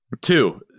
two